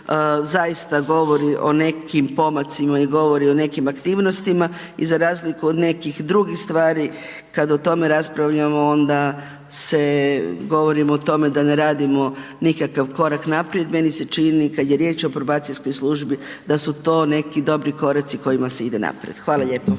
zaista govori o nekim pomacima i govori o nekim aktivnostima i za razliku od nekih drugih stvari, kad o tome raspravljamo onda se govorimo o tome da ne radimo nikakav korak naprijed, meni se čini kad je riječ o probacijskoj službi da su to neki dobri koraci kojima se ide naprijed. Hvala lijepo.